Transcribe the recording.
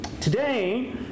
Today